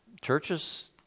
churches